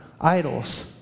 idols